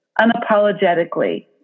unapologetically